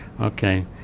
Okay